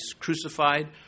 crucified